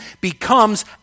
becomes